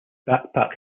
backpack